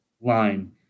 line